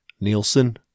nielsen